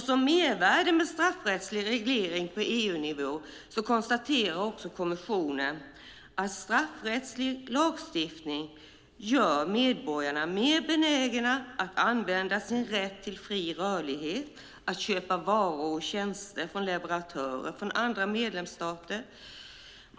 Som mervärde med straffrättslig reglering på EU-nivå konstaterar också kommissionen att straffrättslig lagstiftning gör medborgarna mer benägna att använda sin rätt till fri rörlighet och att köpa varor och tjänster från leverantörer i andra medlemsstater.